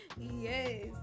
Yes